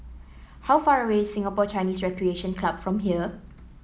how far away is Singapore Chinese Recreation Club from here